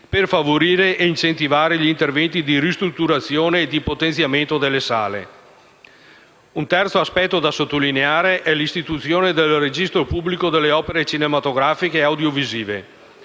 per favorire e incentivare gli interventi di ristrutturazione e di potenziamento delle sale. Un terzo aspetto da sottolineare è l'istituzione del registro pubblico delle opere cinematografiche e audiovisive.